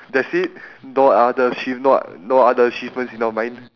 that's it no other achieve~ no o~ no other achievements in your mind